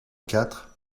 quatre